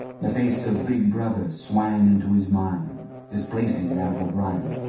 the face of big brother swam into his mind, displacing that of o'brien.